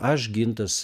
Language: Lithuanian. aš gintas